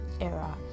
era